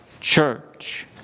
church